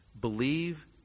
Believe